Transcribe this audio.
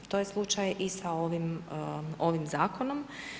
To je slučaj i sa ovim Zakonom.